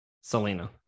selena